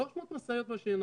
300 משאיות בשנה,